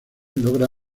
logra